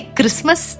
Christmas